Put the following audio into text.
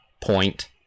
point